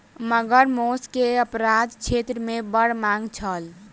मगर मौस के अपराध क्षेत्र मे बड़ मांग छल